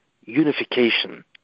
unification